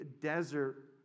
desert